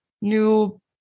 new